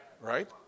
Right